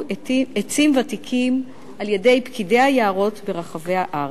עצים ותיקים על-ידי פקידי היערות ברחבי הארץ.